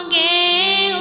a a